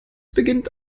beginnt